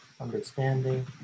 understanding